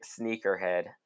sneakerhead